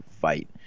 fight